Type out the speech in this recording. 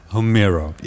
Homero